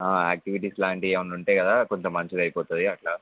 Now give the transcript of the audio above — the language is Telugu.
ఆ యాక్టివిటీస్ లాంటివి ఏమైనా ఉంటాయి కదా కొంచెం మంచిగా అయిపోతుంది అట్లా